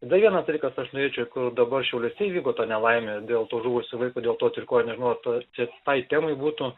dar vienas dalykas aš norėčiau kur dabar šiauliuose įvyko ta nelaimė dėl to žuvusio vaiko dėl to trikojo nežinau ar ta ten tai temai būtų